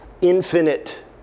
infinite